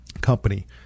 company